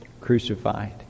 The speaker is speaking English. crucified